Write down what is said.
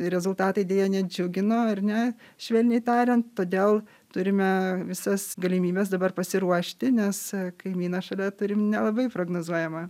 rezultatai deja nedžiugino ar ne švelniai tariant todėl turime visas galimybes dabar pasiruošti nes kaimyną šalia turim nelabai prognozuojamą